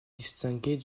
distinguer